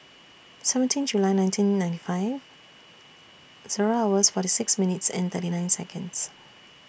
seventeen July nineteen ninety five Zero hours forty six minutes and thirty nine Seconds